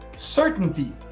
Certainty